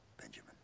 Benjamin